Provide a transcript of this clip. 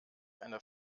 einer